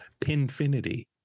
pinfinity